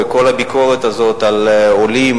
וכל הביקורת הזאת על העולים,